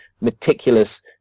meticulous